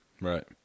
right